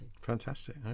Fantastic